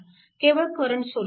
केवळ current source ठेवा